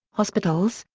hospitals,